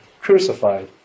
crucified